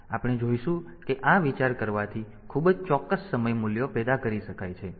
તેથી આપણે જોઈશું કે આ વિચાર કરવાથી ખૂબ જ ચોક્કસ સમય મૂલ્યો પેદા કરી શકાય છે